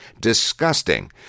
Disgusting